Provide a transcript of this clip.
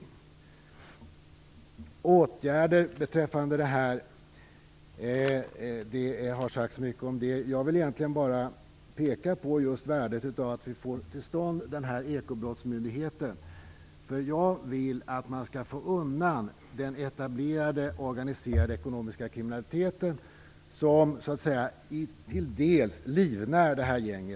Det har sagts mycket om åtgärder beträffande detta. Jag vill egentligen bara peka på värdet av att vi fått till stånd en ekobrottsmyndighet. Jag vill att man skall få undan den etablerade och organiserade ekonomiska kriminaliteten som till dels livnär detta gäng.